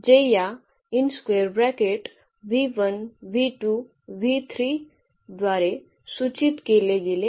जे या द्वारे सूचित केले गेले आहे